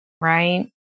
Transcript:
right